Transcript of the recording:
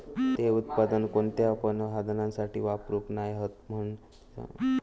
ते उत्पादन कोणत्या पण साधनासाठी वापरूक नाय हत म्हणान ते भांडवल नाय बनू शकत